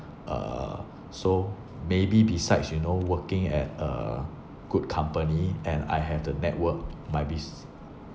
uh so maybe besides you know working at a good company and I have the network my bus~